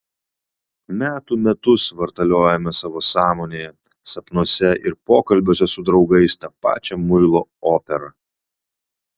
metų metus vartaliojame savo sąmonėje sapnuose ir pokalbiuose su draugais tą pačią muilo operą